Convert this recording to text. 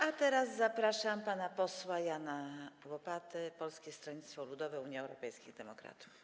A teraz zapraszam pana posła Jana Łopatę, Polskie Stronnictwo Ludowe - Unia Europejskich Demokratów.